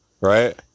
right